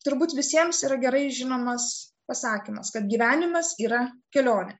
turbūt visiems yra gerai žinomas pasakymas kad gyvenimas yra kelionė